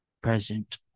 present